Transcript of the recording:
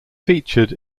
featured